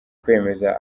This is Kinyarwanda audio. kwemeza